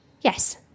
Yes